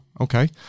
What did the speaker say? Okay